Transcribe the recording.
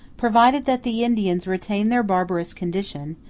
provided that the indians retain their barbarous condition,